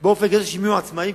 אלא תהיינה עצמאיות.